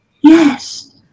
Yes